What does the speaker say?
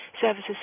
services